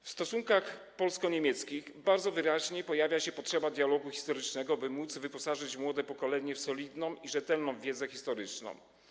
W stosunkach polsko-niemieckich bardzo wyraźnie pojawia się potrzeba dialogu historycznego, aby móc wyposażyć młode pokolenie w solidną i rzetelną wiedzę historyczną.